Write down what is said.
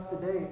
today